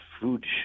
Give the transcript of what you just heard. food